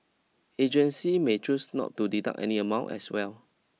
agencies may choose not to deduct any amount as well